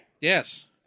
yes